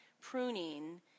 pruning